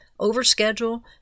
overschedule